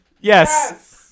Yes